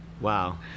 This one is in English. wow